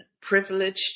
privileged